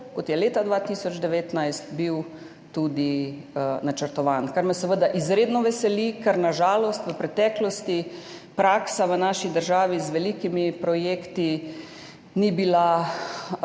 kot je bil leta 2019 tudi načrtovan, kar me seveda izredno veseli. Na žalost v preteklosti praksa v naši državi pri velikih projektih ni bila